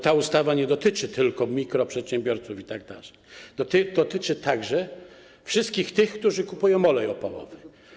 Ta ustawa nie dotyczy tylko mikroprzedsiębiorców itd., dotyczy także wszystkich tych, którzy kupują olej opałowy.